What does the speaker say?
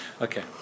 Okay